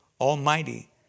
almighty